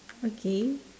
okay